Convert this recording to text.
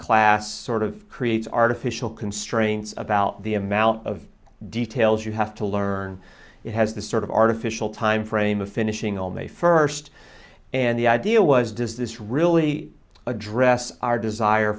class sort of creates artificial constraints about the amount of details you have to learn it has the sort of artificial time frame of finishing all may first and the idea was does this really address our desire